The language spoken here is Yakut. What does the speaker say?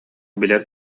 билэр